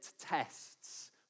tests